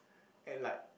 and like